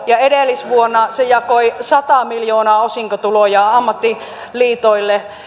ja edellisvuonna se jakoi sata miljoonaa osinkotuloja ammattiliitoille